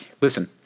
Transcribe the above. listen